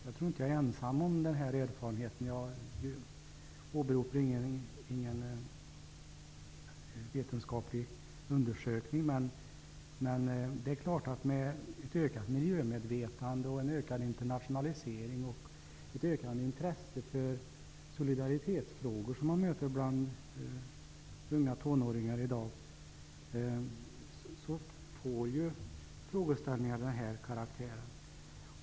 Jag tror inte att jag är ensam om den erfarenheten. Jag åberopar ingen vetenskaplig undersökning, men mot bakgrund av det ökade miljömedvetande, den ökade internationalisering och det ökande intresse för solidaritetsfrågor som man möter bland unga tonåringar i dag är det är klart att frågeställningarna får denna karaktär.